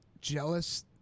jealous